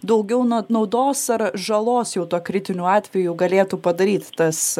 daugiau naudos ar žalos jau tuo kritiniu atveju galėtų padaryt tas